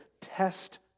test